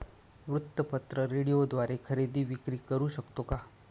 वृत्तपत्र, रेडिओद्वारे खरेदी विक्री करु शकतो का?